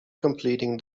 completing